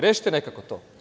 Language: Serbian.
Rešite nekako to.